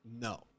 No